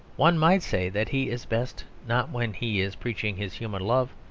one might say that he is best not when he is preaching his human love,